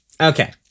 Okay